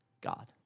God